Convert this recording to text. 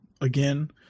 again